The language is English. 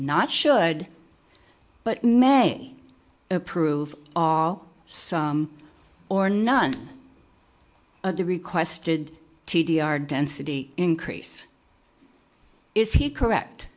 not should but may approve all some or none of the requested t d r density increase is he correct